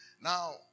Now